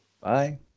Bye